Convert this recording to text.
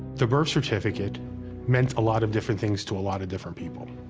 the birth certificate meant a lot of different things to a lot of different people.